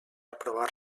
aprovar